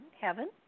heaven